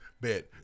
bet